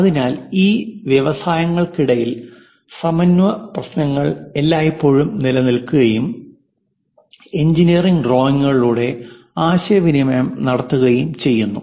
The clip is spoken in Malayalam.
അതിനാൽ ഈ വ്യവസായങ്ങൾക്കിടയിൽ സമന്വയ പ്രശ്നങ്ങൾ എല്ലായ്പ്പോഴും നിലനിൽക്കുകയും എഞ്ചിനീയറിംഗ് ഡ്രോയിംഗുകളിലൂടെ ആശയവിനിമയം നടത്തുകയും ചെയ്യുന്നു